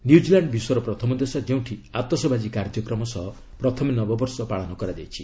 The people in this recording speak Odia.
ନ୍ୟୁଜିଲ୍ୟାଣ୍ଡ ବିଶ୍ୱର ପ୍ରଥମ ଦେଶ ଯେଉଁଠି ଆତସବାଜି କାର୍ଯ୍ୟକ୍ରମ ସହ ପ୍ରଥମେ ନବବର୍ଷ ପାଳନ କରାଯାଇଛି